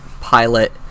pilot